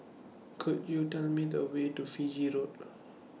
Could YOU Tell Me The Way to Fiji Road